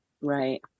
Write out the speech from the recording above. Right